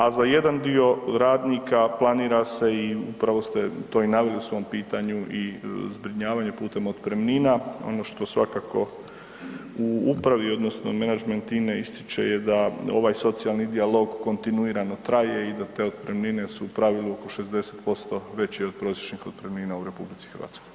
A za jedan dio radnika planira se i upravo ste to i naveli u svom pitanju i zbrinjavanje putem otpremnina, ono što svakako u upravi odnosno menadžment INA-e ističe je da ovaj socijalni dijalog kontinuirano traje i da te otpremnine su u pravilu oko 60% veće od prosječnih otpremnina u RH.